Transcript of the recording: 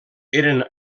eren